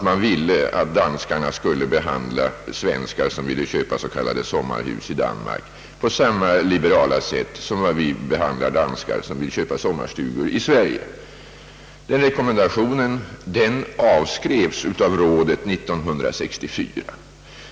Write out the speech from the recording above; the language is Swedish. Man ville att danskarna skulle behandla svenskar som ville köpa s.k. sommarhus i Danmark på samma liberala sätt som vi behandlar danskar som vill köpa sommarstugor i Sverige. Den rekommendationen avskrevs av rådet 1964.